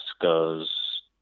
goes